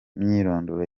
myirondoro